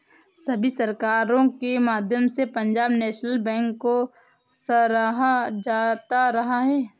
सभी सरकारों के माध्यम से पंजाब नैशनल बैंक को सराहा जाता रहा है